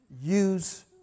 Use